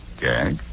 Gag